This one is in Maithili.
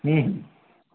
हुँ हुँ